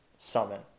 Summon